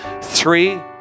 Three